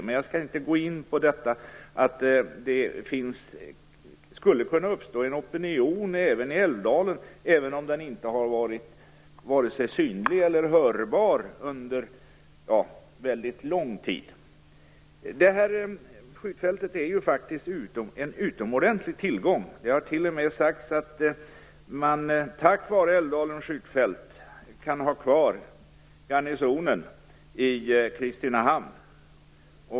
Men jag skall inte gå in på detta. Det skulle kunna uppstå en opinion i Älvdalen, även om den inte har varit vare sig synlig eller hörbar under väldigt lång tid. Skjutfältet är faktiskt en utomordentlig tillgång. Det har t.o.m. sagts att man tack vare Älvdalens skjutfält har kvar garnisonen i Kristinehamn.